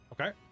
Okay